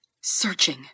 searching